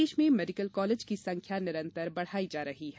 प्रदेश में medical college की संख्या निरंतर बढ़ाई जा रही है